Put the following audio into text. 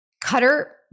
Cutter